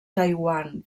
taiwan